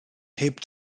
heb